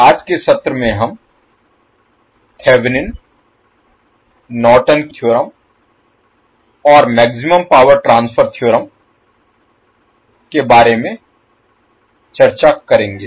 आज के सत्र में हम थेवेनिन नॉर्टन थ्योरम और मैक्सिमम पावर ट्रांसफर थ्योरम के बारे में चर्चा करेंगे